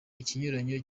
ikinyuranyo